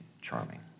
charming